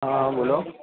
હા હા બોલો